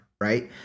right